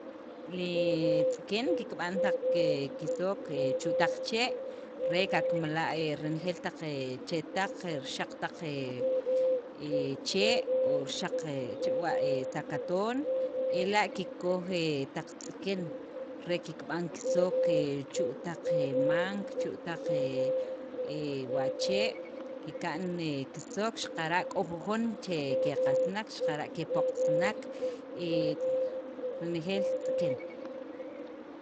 Li tz'iken kikb'an taq ke kisook e chu' taq chee', re kakmala' renejeel taq e chetaq, rixaq taq he chee' o rixaq taq che rib'e' wa' sakatoon ela' kikkoj e taq tz'iken re kikb'an taq kisook, chu' taq ma'nk, chu' taq wachee' kika'n kisook, xaqara' k'o jujon keqasnek, xaqara' kepoq'sinek y renejeel tz'iken.